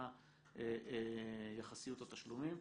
מה יחסיות התשלומים.